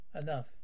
enough